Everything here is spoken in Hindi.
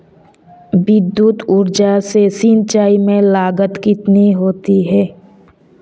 विद्युत ऊर्जा से सिंचाई में लागत कितनी होती है?